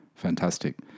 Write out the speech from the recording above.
Fantastic